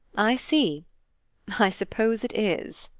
i see i suppose it is.